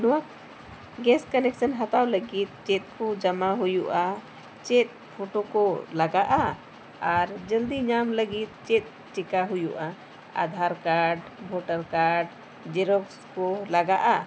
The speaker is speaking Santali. ᱱᱚᱣᱟ ᱜᱮᱥ ᱠᱟᱱᱮᱠᱥᱚᱱ ᱦᱟᱛᱟᱣ ᱞᱟᱹᱜᱤᱫ ᱪᱮᱫ ᱠᱚ ᱡᱟᱢᱟ ᱦᱩᱭᱩᱜᱼᱟ ᱪᱮᱫ ᱯᱷᱳᱴᱳ ᱠᱚ ᱞᱟᱜᱟᱜᱼᱟ ᱟᱨ ᱡᱚᱞᱫᱤ ᱧᱟᱢ ᱞᱟᱹᱜᱤᱫ ᱪᱮᱫ ᱪᱮᱠᱟ ᱦᱩᱭᱩᱜᱼᱟ Aadhaar card voter card xerox ᱠᱚ ᱞᱟᱜᱟᱜᱼᱟ